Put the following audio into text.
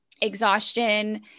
exhaustion